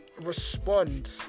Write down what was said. respond